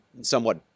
somewhat